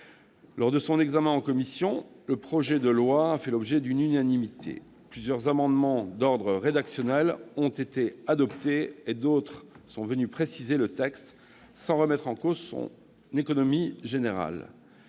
Lors de son examen en commission, le projet de loi a fait l'objet d'une unanimité. Plusieurs amendements d'ordre rédactionnel ont été adoptés et d'autres sont venus préciser le texte, sans remettre en cause son économie générale.